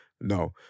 No